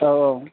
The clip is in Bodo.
औ औ